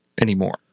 anymore